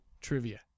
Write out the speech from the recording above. trivia